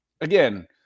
again